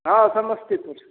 हँ समस्तीपुर से